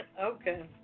Okay